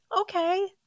okay